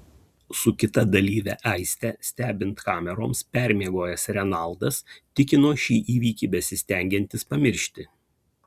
su kita dalyve aiste stebint kameroms permiegojęs renaldas tikino šį įvykį besistengiantis pamiršti